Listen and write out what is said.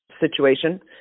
situation